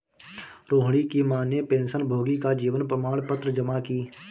रोहिणी की माँ ने पेंशनभोगी का जीवन प्रमाण पत्र जमा की